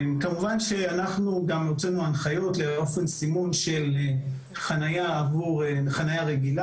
כמובן שהוצאנו גם הנחיות לאופן סימון של חניה עבור חניה רגילה,